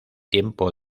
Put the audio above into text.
tiempo